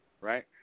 Right